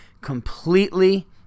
Completely